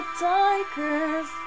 tigers